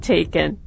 Taken